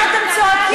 על מה אתם צועקים?